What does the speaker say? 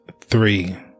three